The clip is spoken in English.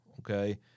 Okay